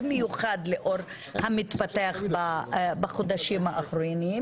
במיוחד לאור מה שמתפתח בחודשים האחרונים,